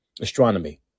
astronomy